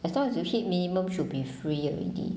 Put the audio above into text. as long as you hit minimum should be free already